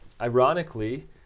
ironically